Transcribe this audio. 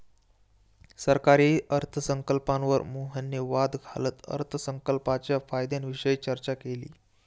सरकारी अर्थसंकल्पावर मोहनने वाद घालत अर्थसंकल्पाच्या फायद्यांविषयी चर्चा केली